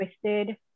twisted